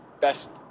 best